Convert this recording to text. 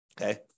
Okay